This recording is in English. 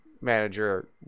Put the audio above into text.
manager